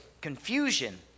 confusion